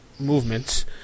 movements